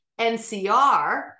NCR